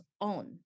on